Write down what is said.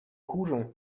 хуже